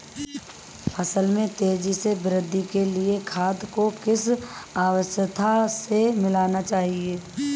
फसल में तेज़ी से वृद्धि के लिए खाद को किस अवस्था में मिलाना चाहिए?